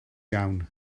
iawn